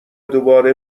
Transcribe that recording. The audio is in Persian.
دوباره